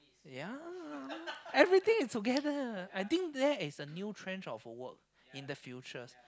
yea everything is together I think that is a new trench of work in the future